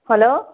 hello